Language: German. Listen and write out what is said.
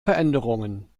veränderungen